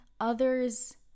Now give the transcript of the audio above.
others